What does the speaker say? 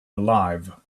alive